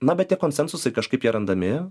na bet tie konsensusai kažkaip jie randami